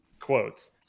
quotes